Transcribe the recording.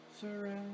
surrender